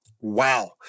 Wow